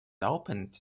opened